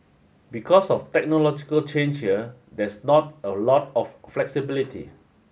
because of technological change here there's not a lot of flexibility